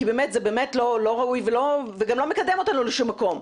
כי זה באמת לא ראוי וגם לא מקדם אותנו לשום מקום.